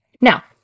Now